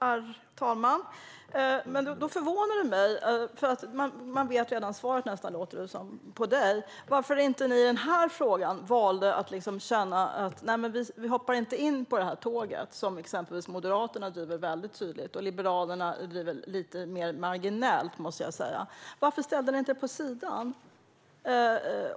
Herr talman! På Emma Henriksson låter det nästan som om man redan vet svaret. Därför förvånar det mig att ni kristdemokrater inte valde att låta bli att hoppa ombord på detta tåg, som ju tydligt drivs av Moderaterna. Liberalerna driver det lite mer marginellt, måste jag säga. Varför ställde ni er inte vid sidan?